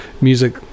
music